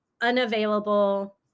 unavailable